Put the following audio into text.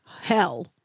Hell